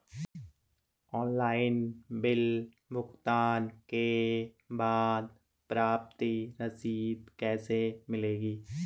Online bill भुगतान के बाद प्रति रसीद कैसे मिलेगी?